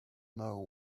know